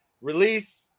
release